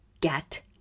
get